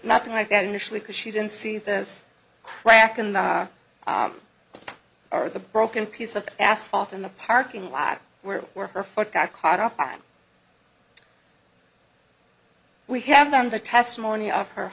nothing like that initially because she didn't see this crack in the or the broken piece of asphalt in the parking lot where were her foot got caught up on we have on the testimony of her